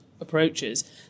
approaches